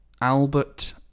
Albert